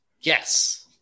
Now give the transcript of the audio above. Yes